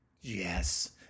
yes